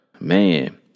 man